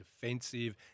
defensive